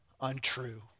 untrue